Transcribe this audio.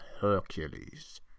Hercules